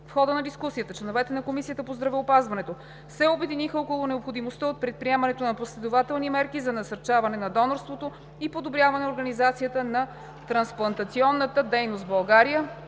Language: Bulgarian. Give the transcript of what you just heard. В хода на дискусията членовете на Комисията по здравеопазването се обединиха около необходимостта от предприемането на последователни мерки за насърчаване на донорството и подобряване организацията на трансплантационната дейност в България.